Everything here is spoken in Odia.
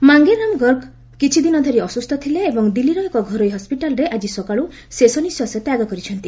ମାଙ୍ଗେରାମ୍ ଗର୍ଗ କିଛିଦିନ ଧରି ଅସୁସ୍ଥ ଥିଲେ ଏବଂ ଦିଲ୍ଲୀର ଏକ ଘରୋଇ ହସ୍କିଟାଲ୍ରେ ଆଜି ସକାଳୁ ଶେଷ ନିଃଶ୍ୱାସ ତ୍ୟାଗ କରିଛନ୍ତି